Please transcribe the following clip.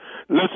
Listen